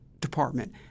Department